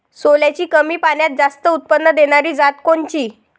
सोल्याची कमी पान्यात जास्त उत्पन्न देनारी जात कोनची?